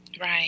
right